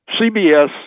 CBS